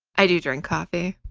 i do drink coffee.